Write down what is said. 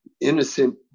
innocent